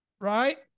right